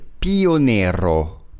PIONERO